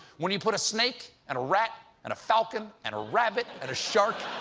when you put a snake and a rat and a falcon and a rabbit and a shark,